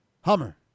Hummer